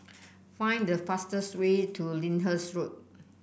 find the fastest way to Lyndhurst Road